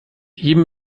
jedem